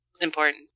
important